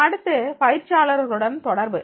அடுத்து பயிற்சியாளர்களுடன்தொடர்பு